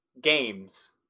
games